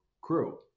crew